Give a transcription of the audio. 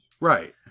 Right